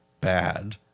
bad